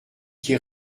qui